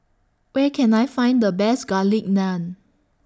Where Can I Find The Best Garlic Naan